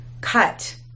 cut